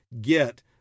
get